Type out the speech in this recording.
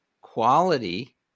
quality